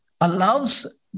allows